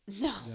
No